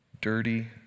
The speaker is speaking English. Dirty